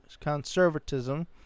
conservatism